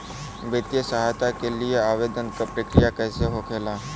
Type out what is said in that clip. वित्तीय सहायता के लिए आवेदन क प्रक्रिया कैसे होखेला?